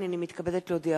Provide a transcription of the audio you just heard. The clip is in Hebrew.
הנני מתכבדת להודיעכם,